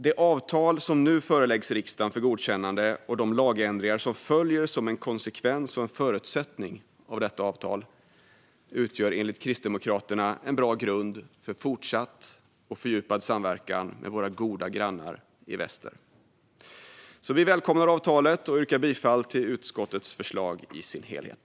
Det avtal som nu föreläggs riksdagen för godkännande och de lagändringar som följer som konsekvens av och som förutsättning för detta avtal utgör enligt Kristdemokraterna en bra grund för fortsatt och fördjupad samverkan med våra goda grannar i väster. Vi välkomnar avtalet, och jag yrkar bifall till utskottets förslag i sin helhet.